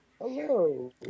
Hello